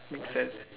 make sense